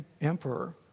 emperor